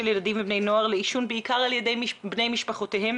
ילדים ובני נוער לעישון בעיקר על ידי בני משפחותיהם